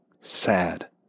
Sad